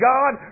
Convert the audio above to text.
God